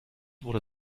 wurde